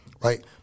right